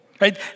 right